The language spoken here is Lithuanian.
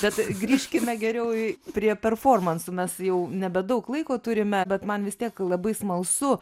bet grįžkime geriau į prie performansų mes jau nebedaug laiko turime bet man vis tiek labai smalsu